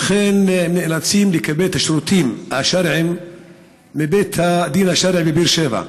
הם נאלצים לקבל את השירותים השרעיים מבית הדין השרעי בבאר שבע.